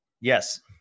Yes